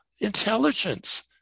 intelligence